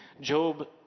Job